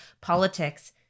politics